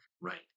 Right